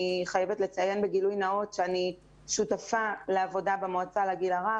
אני חייבת לציין בגילוי נאות שאני שותפה לעבודה במועצה לגיל הרך